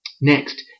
next